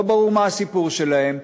לא ברור מה הסיפור שלהם,